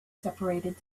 separated